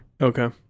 Okay